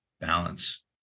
balance